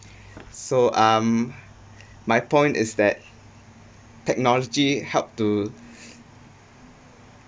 so um my point is that technology help to